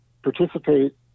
Participate